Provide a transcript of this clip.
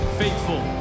faithful